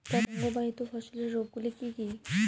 পতঙ্গবাহিত ফসলের রোগ গুলি কি কি?